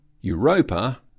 Europa